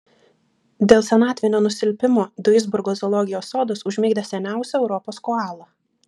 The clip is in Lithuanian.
dėl senatvinio nusilpimo duisburgo zoologijos sodas užmigdė seniausią europos koalą